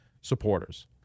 supporters